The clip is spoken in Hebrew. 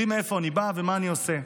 יודעים מאיפה אני בא ומה אני עושה,